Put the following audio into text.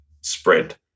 spread